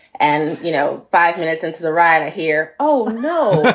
and, you know, five minutes into the ride here. oh, no.